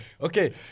Okay